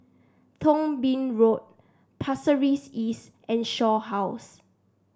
Thong Bee Road Pasir Ris East and Shaw House